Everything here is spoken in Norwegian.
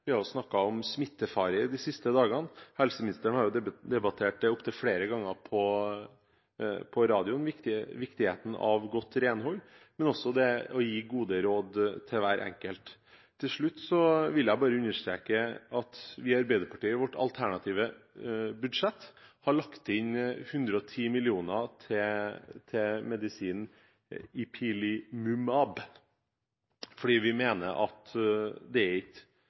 Vi har snakket om smittefare de siste dagene, helseministeren har opptil flere ganger på radioen debattert viktigheten av godt renhold og også det å gi gode råd til hver enkelt. Til slutt vil jeg bare understreke at vi i Arbeiderpartiet i vårt alternative budsjett har lagt inn 110 mill. kr til medisinen Ipilimumab, fordi vi mener at det ikke er forsvarlig som det er i